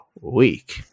week